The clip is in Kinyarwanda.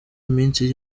iminsi